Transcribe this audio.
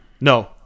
No